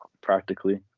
practically